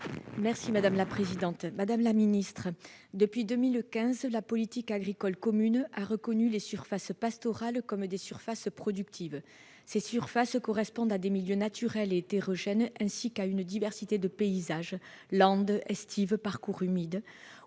et de l'alimentation. Depuis 2015, la politique agricole commune (PAC) a reconnu les surfaces pastorales comme des surfaces productives. Ces surfaces correspondent à des milieux naturels et hétérogènes, ainsi qu'à une diversité de paysages- landes, estives, parcours humides